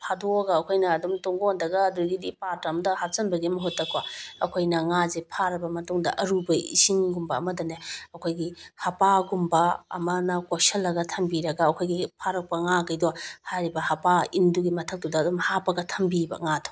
ꯐꯥꯗꯣꯛꯑꯒ ꯑꯈꯣꯏꯅ ꯑꯗꯨꯝ ꯇꯨꯡꯒꯣꯟꯗꯒ ꯑꯗꯨꯗꯒꯤꯗꯤ ꯄꯥꯇ꯭ꯔꯥ ꯑꯃꯗ ꯍꯥꯞꯆꯤꯟꯕꯒꯤ ꯃꯍꯨꯠꯇꯀꯣ ꯑꯩꯈꯣꯏꯅ ꯉꯥꯁꯤ ꯐꯥꯔꯕ ꯃꯇꯨꯡꯗ ꯑꯔꯨꯕ ꯏꯁꯤꯡꯒꯨꯝꯕ ꯑꯃꯗꯅꯦ ꯑꯈꯣꯏꯒꯤ ꯍꯥꯄꯥꯒꯨꯝꯕ ꯑꯃꯅ ꯀꯣꯏꯁꯜꯂꯒ ꯊꯝꯕꯤꯔꯒ ꯑꯩꯈꯣꯏꯒꯤ ꯐꯥꯔꯛꯄ ꯉꯥꯒꯩꯗꯣ ꯍꯥꯏꯔꯤꯕ ꯍꯥꯄꯥ ꯏꯟꯗꯨꯒꯤ ꯃꯊꯛꯇꯨꯗ ꯑꯗꯨꯝ ꯍꯥꯞꯄꯒ ꯊꯝꯕꯤꯕ ꯉꯥꯗꯣ